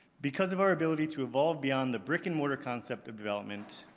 because of our ability to evolve beyond the brick and mortar concept of development,